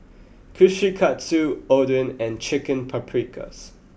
Kushikatsu Oden and Chicken Paprikas